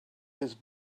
his